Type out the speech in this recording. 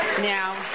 Now